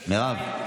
מירב,